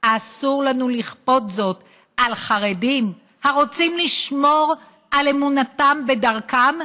אסור לנו לכפות זאת על חרדים הרוצים לשמור על אמונתם ודרכם,